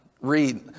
read